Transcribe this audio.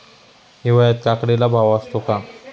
हिवाळ्यात काकडीला भाव असतो का?